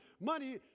money